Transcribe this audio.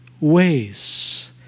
ways